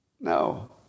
No